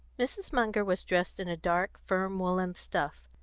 mrs. munger was dressed in a dark, firm woollen stuff,